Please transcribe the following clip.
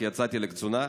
כי יצאתי לקצונה.